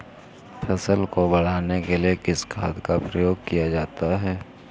फसल को बढ़ाने के लिए किस खाद का प्रयोग किया जाता है?